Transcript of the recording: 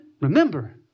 remember